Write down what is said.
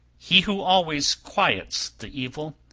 he who always quiets the evil,